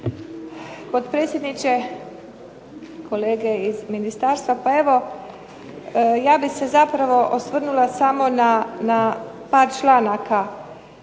potpredsjedniče. Kolega iz ministarstva. Pa evo ja bih se zapravo osvrnula samo na par članaka.